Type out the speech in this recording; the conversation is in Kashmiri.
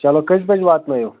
چلو کٔژِ بَجہِ واتنٲوِو